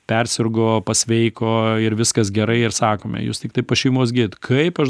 persirgo pasveiko ir viskas gerai ir sakome jūs tiktai pas šeimos gydytoją kaip aš